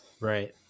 Right